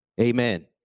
Amen